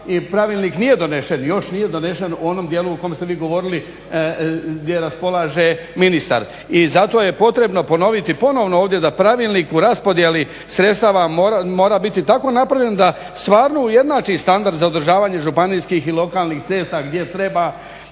pravilnik nije donesen, još nije donesen u onom dijelu u kojem ste vi govorili, gdje raspolaže ministar. I zato je potrebno ponoviti ovdje da pravilnik u raspodjeli sredstava mora biti tako napraviti da stvarno ujednači standard za održavanje županijskih i lokalnih cesta gdje treba